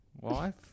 wife